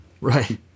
Right